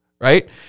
right